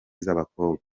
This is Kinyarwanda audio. z’abakobwa